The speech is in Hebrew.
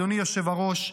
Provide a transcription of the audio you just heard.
אדוני היושב-ראש,